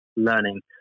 learning